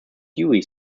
dewey